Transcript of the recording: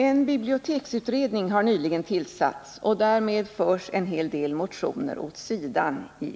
En biblioteksutredning har nyligen tillsatts, och därmed förs en hel del motioner åt sidan.